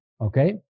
okay